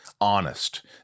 honest